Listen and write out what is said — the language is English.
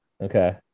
Okay